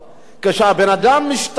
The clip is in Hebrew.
כשהבן-אדם משתחרר,